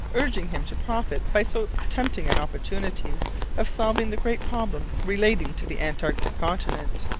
urging him to profit by so tempting an opportunity of solving the great problem relating to the antarctic continent.